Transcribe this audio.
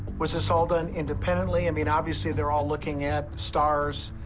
was this all done independently? i mean, obviously, they're all looking at stars.